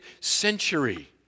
century